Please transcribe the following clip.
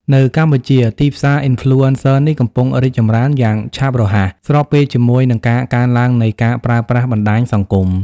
នៅកម្ពុជា ទីផ្សារ Influencer នេះកំពុងរីកចម្រើនយ៉ាងឆាប់រហ័ស ស្របពេលជាមួយនឹងការកើនឡើងនៃការប្រើប្រាស់បណ្តាញសង្គម។